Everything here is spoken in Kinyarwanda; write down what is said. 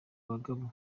bagabo